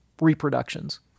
reproductions